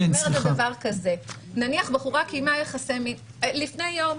נניח בחורה קיימה יחסי מין לפני יום,